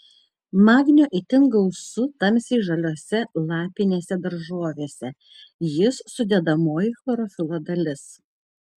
magnio itin gausu tamsiai žaliose lapinėse daržovėse jis sudedamoji chlorofilo dalis